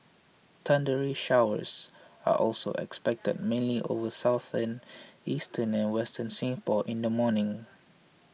thundery showers are also expected mainly over southern eastern and western Singapore in the morning